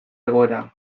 egoera